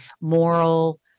moral